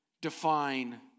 define